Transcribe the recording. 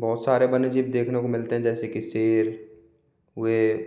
बहुत सारे वन्य जीव देखने को मिलते हैं जैसे कि शेर हुए